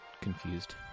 confused